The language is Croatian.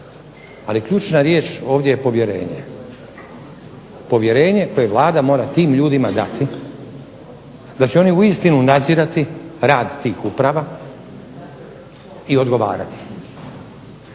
ali ključna riječ ovdje je povjerenje, povjerenje koje Vlada mora tim ljudima dati da će oni uistinu nadzirati rad tih uprava i odgovarati.